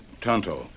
Tonto